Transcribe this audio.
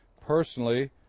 personally